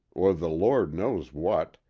or the lord knows what,